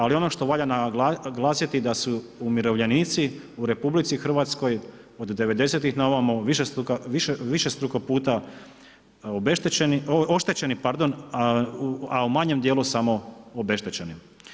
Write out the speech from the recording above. Ali ono što vala naglasiti da su umirovljenici u RH OD '90-ih na ovamo višestruko puta oštećeni, a u manjem dijelu samo obeštećeni.